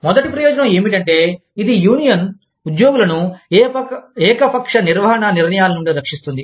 మొదటి ప్రయోజనం ఏమిటంటే ఇది యూనియన్ ఉద్యోగులను ఏకపక్ష నిర్వహణ నిర్ణయాల నుండి రక్షిస్తుంది